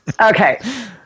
Okay